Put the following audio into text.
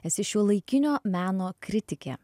esi šiuolaikinio meno kritikė